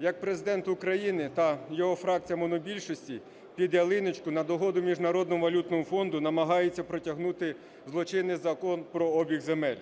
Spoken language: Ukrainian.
як Президент України та його фракція монобільшості "під ялиночку", на догоду Міжнародному валютному фонду намагається протягнути злочинний Закон про обіг земель.